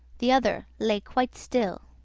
the other lay quite still.